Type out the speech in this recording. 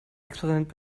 experiment